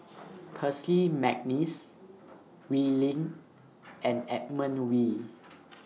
Percy Mcneice Wee Lin and Edmund Wee